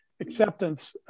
acceptance